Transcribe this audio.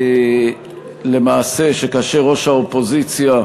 למעשה, שראש האופוזיציה,